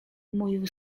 mówił